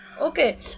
okay